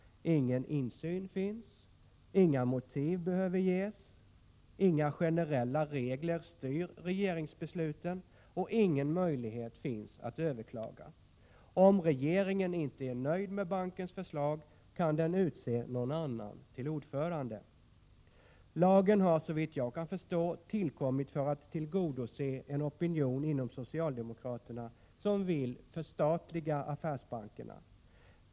Ingen insyn finns. Inga motiv behöver anges, inga generella regler styr regeringsbesluten, och ingen möjlighet finns att överklaga. Om regeringen inte är nöjd med bankens förslag kan den utse någon annan till ordförande. Lagen har såvitt jag kan förstå tillkommit för att tillgodose en opinion inom socialdemokratin för ett förstatligande av affärsbankerna.